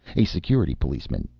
a security policeman,